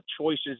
choices